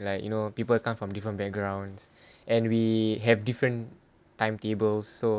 like you know people come from different backgrounds and we have different timetables so